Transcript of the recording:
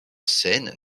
scène